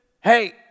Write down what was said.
Hey